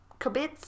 kabits